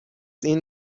این